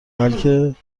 بلکه